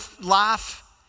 life